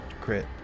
crit